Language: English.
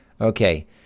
Okay